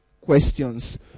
questions